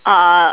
uh